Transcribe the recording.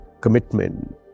commitment